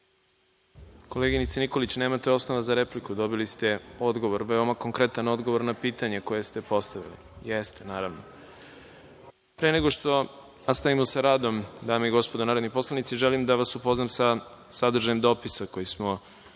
Koleginice Nikolić, nemate osnova za repliku, dobili ste veoma konkretan odgovor na pitanje koje ste postavili.(Jasmina Nikolić: Nisam.)Jeste, naravno. Pre nego što nastavimo sa radom, dame i gospodo narodni poslanici, želim da vas upoznam sa sadržajem dopisa koji smo dobili